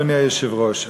אדוני היושב-ראש,